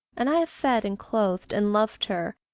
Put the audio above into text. and i have fed and clothed and loved her,